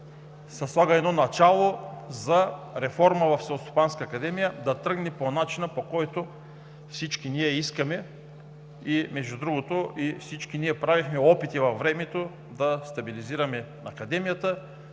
слага се едно начало за реформа Селскостопанската академия, за да тръгне по начина, по който всички ние искаме. Между другото, всички ние правихме опити във времето да стабилизираме Академията,